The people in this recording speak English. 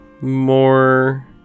more